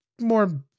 more